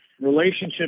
relationship